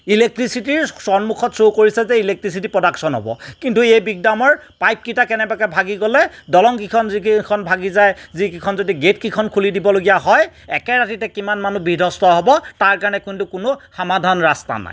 ইলেক্ট্ৰিচিটিৰ সন্মুখত শ্ব' কৰিছে যে ইলেক্ট্ৰিচিটি প্ৰডাকচন হ'ব কিন্তু এই বিগ ডামৰ পাইপ কেইটা কেনেবাকে ভাগি গ'লে দলংকিখন যিকেইখন ভাগি যায় যিকিখন যদি গেট কিখন খুলি দিব লগীয়া হয় একে ৰাতিতে কিমান মানুহ বিধ্বস্ত হ'ব তাৰ কাৰণে কিন্তু কোনো সামাধান ৰাস্তা নাই